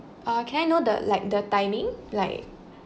uh can I know the like the timing like